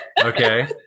okay